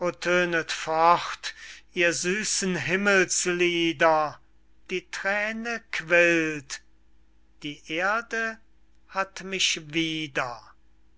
ihr süßen himmelslieder die thräne quillt die erde hat mich wieder